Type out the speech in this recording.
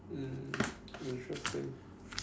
mm interesting